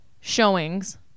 showings